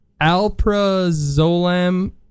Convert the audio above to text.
alprazolam